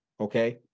Okay